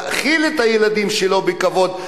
להאכיל את הילדים שלו בכבוד,